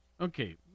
Okay